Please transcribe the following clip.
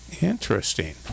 Interesting